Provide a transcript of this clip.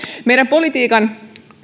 meidän politiikan